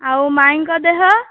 ଆଉ ମାଇଁଙ୍କ ଦେହ